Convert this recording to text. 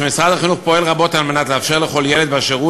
שהוא פועל רבות על מנת לאפשר לכל ילד באשר הוא